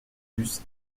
plus